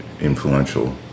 influential